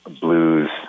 blues